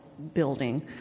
Building